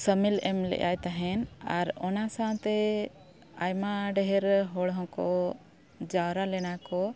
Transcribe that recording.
ᱥᱟᱢᱮᱞ ᱮᱢ ᱞᱮᱜ ᱟᱭ ᱛᱟᱦᱮᱱ ᱟᱨ ᱚᱱᱟ ᱥᱟᱶᱛᱮ ᱟᱭᱢᱟ ᱰᱷᱮᱨ ᱦᱚᱲ ᱦᱚᱸᱠᱚ ᱡᱟᱣᱨᱟ ᱞᱮᱱᱟ ᱠᱚ